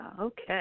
Okay